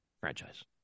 Franchise